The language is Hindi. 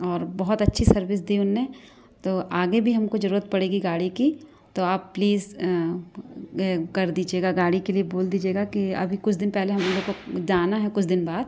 और बहुत अच्छी सर्विस दी उन्होंने तो आगे भी हमको ज़रूरत पड़ेगी गाड़ी की तो आप प्लीज़ कर दीजिएगा गाड़ी के लिए बोल दीजिएगा कि अभी कुछ दिन पहले हम लोग को जाना है कुछ दिन बाद